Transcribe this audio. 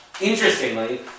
interestingly